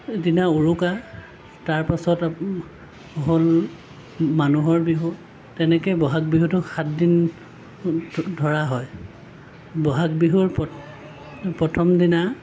দিনা উৰুকা তাৰপাছত আপ হ'ল মানুহৰ বিহু তেনেকৈয়ে বহাগ বিহুটো সাতদিন ধৰা হয় বহাগ বিহুৰ প প্ৰথমৰ দিনা